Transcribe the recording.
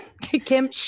Kim